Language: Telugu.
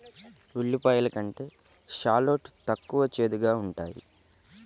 ఉల్లిపాయలు కంటే షాలోట్ తక్కువ చేదుగా ఉంటాయి